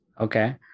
Okay